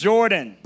Jordan